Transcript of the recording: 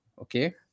Okay